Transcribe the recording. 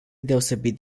deosebit